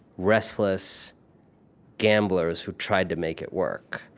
restless gamblers who tried to make it work,